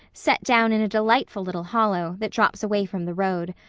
set down in a delightful little hollow that drops away from the road.